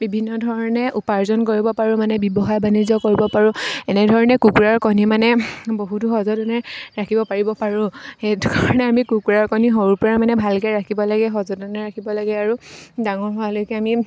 বিভিন্ন ধৰণে উপাৰ্জন কৰিব পাৰোঁ মানে ব্যৱসায় বাণিজ্য কৰিব পাৰোঁ এনেধৰণে কুকুৰাৰ কণী মানে বহুতো সযতনে ৰাখিব পাৰিব পাৰোঁ সেইটো কাৰণে আমি কুকুৰাৰ কণী সৰুৰ পৰা মানে ভালকৈ ৰাখিব লাগে সযতনে ৰাখিব লাগে আৰু ডাঙৰ হোৱালৈকে আমি